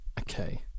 Okay